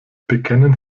bekennen